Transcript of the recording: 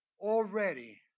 already